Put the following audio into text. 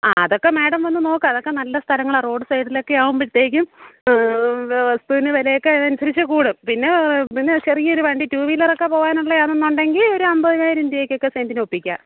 അതൊക്കെ മേടം വന്ന് നോക്ക് അതൊക്കെ നല്ല സ്ഥലങ്ങളാണ് റോഡ് സൈഡിലൊക്കെ ആകുമ്പൊഴത്തേക്കും വസ്തുവിന് വിലയൊക്കെ അതിനനുസരിച്ച് കൂടും പിന്നെ പിന്നെ ചെറിയൊരു വണ്ടി റ്റു വീലര് ഒക്കെ പോകാനുള്ള ആണെന്നുടെങ്കിൽ ഒര് അമ്പതിനായിരം രൂപക്കൊക്കെ സെന്റിന് ഒപ്പിക്കാം